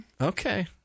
Okay